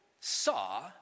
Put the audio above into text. saw